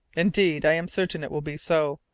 indeed, i am certain it will be so,